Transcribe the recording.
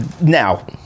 Now